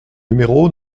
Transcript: numéro